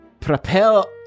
propel